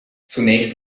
zunächst